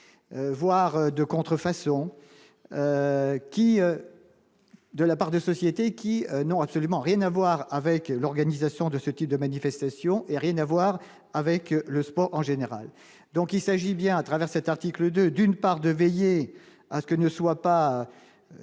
voire de contrefaçon qui, de la part de sociétés qui n'ont absolument rien à voir avec l'organisation de ce type de manifestation et rien à voir avec le sport en général, donc il s'agit bien à travers cet article 2 d'une part, de veiller à ce que ne soient pas